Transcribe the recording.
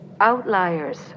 outliers